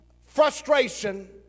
frustration